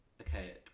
okay